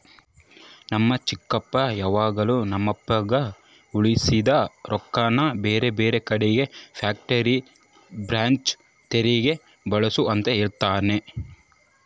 ನನ್ನ ಚಿಕ್ಕಪ್ಪ ಯಾವಾಗಲು ನಮ್ಮಪ್ಪಗ ಉಳಿಸಿದ ರೊಕ್ಕನ ಬೇರೆಬೇರೆ ಕಡಿಗೆ ಫ್ಯಾಕ್ಟರಿಯ ಬ್ರಾಂಚ್ ತೆರೆಕ ಬಳಸು ಅಂತ ಹೇಳ್ತಾನಾ